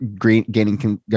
gaining